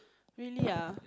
really ah